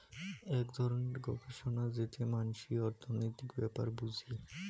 আক ধরণের গবেষণা যেতে মানসি অর্থনীতির ব্যাপার বুঝি